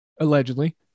allegedly